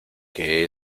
que